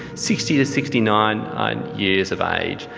sixty to sixty nine years of age,